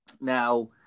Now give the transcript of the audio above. now